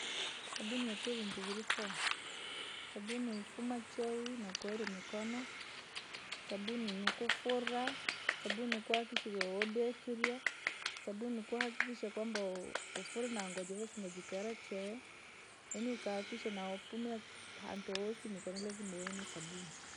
Sabuni yatile vintu virifoo, sabuni hufamaa choowi nookoeria mikono, sabuni nikufuraa, sabuni ukahakikisha udekirya, sabuni uhakikisha kwamba ufule na ngo jivasnge jikere chwee, yaani ukahakikishe na ufume hantu woosi mikono lazima uve na sbuni.